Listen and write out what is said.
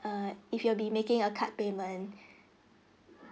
err if you will be making a card payment